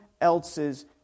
else's